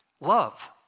love